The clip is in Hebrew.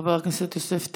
חבר הכנסת יוסף טייב.